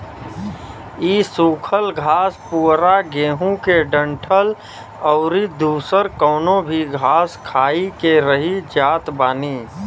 इ सुखल घास पुअरा गेंहू के डंठल अउरी दुसर कवनो भी घास खाई के रही जात बानी